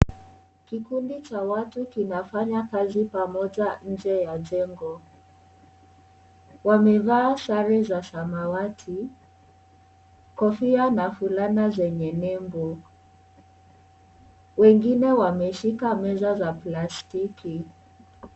Kikundi cha watu kinafanya kazi pamoja nje ya jengo. Wamevaa sare za samawati, kofia na fulana zenye nembo. Wengine wameshika meza za plastiki.